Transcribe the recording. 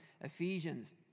Ephesians